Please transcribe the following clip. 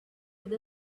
with